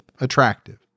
attractive